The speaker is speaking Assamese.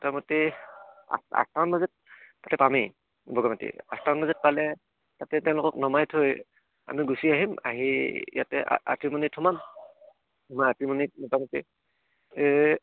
মোটামুটি আঠটামান বজাত তাতে পামেই বগেমুটি আঠটামান বাজাত পালে তাতে তেওঁলোকক নমাই থৈ আমি গুচি আহিম আহি ইয়াতে